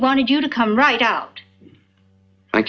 wanted you to come right out